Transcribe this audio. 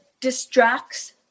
distracts